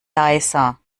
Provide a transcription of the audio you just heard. leiser